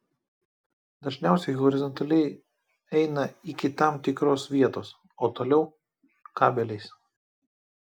dažniausiai horizontaliai eina iki tam tikros vietos o toliau kabeliais